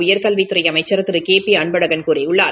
உயர்கல்வித்துறை அமைச்ச் திரு கே பி அன்பழகன் கூறியுள்ளார்